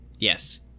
Yes